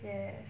ya